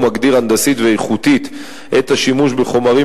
ומגדיר הנדסית ואיכותית את השימוש בחומרים